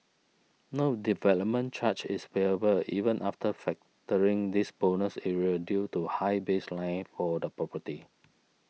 no development charge is payable even after factoring this bonus area due to high baseline for the property